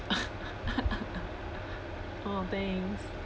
oh thanks